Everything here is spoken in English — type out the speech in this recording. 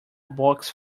box